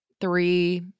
three